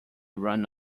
run